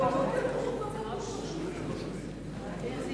אדוני היושב-ראש, כנסת